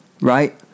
Right